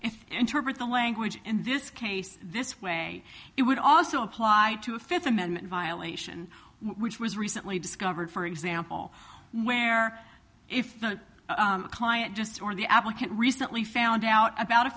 you interpret the language in this case this way it would also apply to a fifth amendment violation which was recently discovered for example where if the client just or the applicant recently found out about a